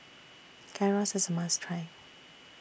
Gyros IS A must Try